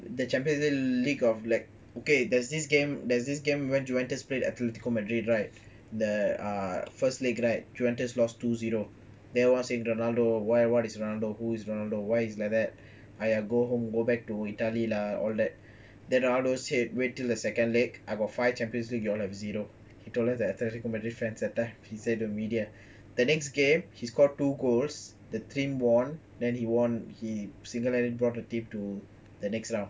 the champions league of like okay there's this game there's this game when juventus played atletico madrid right there are first leg right juventus lost two zero there was in ronaldo why what is ronaldo who is ronaldo why he is like that ai ya go home go back to italy lah all that ronaldo said wait till the second leg I got five champions league you all have zero he told them that athletico madrid fans that time he say to the media the next game he scored two goals the team won then he won he single-handed brought the team to the next round